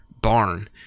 barn